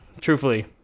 truthfully